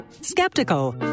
Skeptical